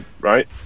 right